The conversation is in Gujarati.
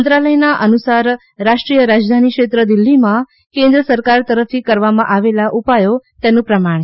મંત્રાલયના અનુસાર રાષ્રીવાય રાજધાની ક્ષેત્ર દિલ્હીમાં કેન્વ્વ સરકાર તરફથી કરવામાં આવેલા ઉપાયો તેનું પ્રમાણ છે